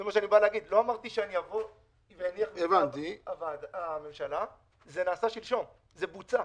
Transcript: לא אמרתי שאניח משהו אלא אמרתי ששלשום זה בוצע.